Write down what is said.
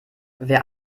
wer